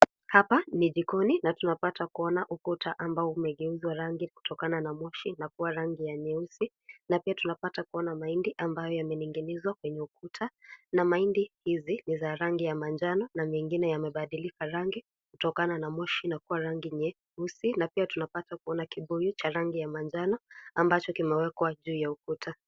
Hapa ni jikoni na tunapata kuona ukuta ambao umegeuzwa rangi kutokana na moshi na kua rangi ya nyeusi na pia tunapata kuona mahindi ambayo yameninginizwa kwenye ukuta na mahindi hizi ni za rangi ya manjano na mengine yamebadilika rangi kutokana na moshi na kua rangi nyeusi na pia tunapata kuona kibuyu cha rangi ya manjano ambacho kimewekwa juu ya ukuta.